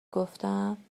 گفتم